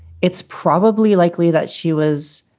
it's probably likely that she was.